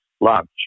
lunch